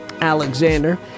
Alexander